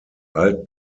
alt